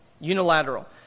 Unilateral